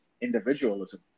individualism